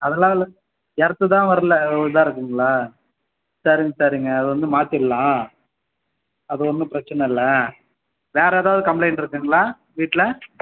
அதெல்லாம் இல்லை எர்த்து தான் வர்றல இதாக இருக்குங்களா சரிங்க சரிங்க அதுவந்து மாத்திடலாம் அது ஒன்றும் பிரச்சனை இல்லை வேற ஏதாவது கம்ப்ளைண்ட் இருக்குங்களா வீட்டில்